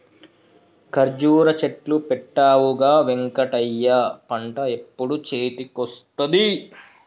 కర్జురా చెట్లు పెట్టవుగా వెంకటయ్య పంట ఎప్పుడు చేతికొస్తది